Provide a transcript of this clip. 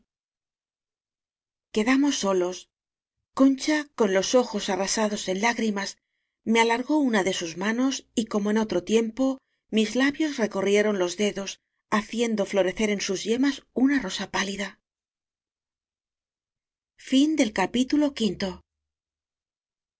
quedamos solos concha con los ojos arrasados en lágrimas me alargó una de sus manos y como en otro tiempo mis labios recorrieron los dedos haciendo florecer en sus yemas una rosa pálida